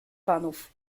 panów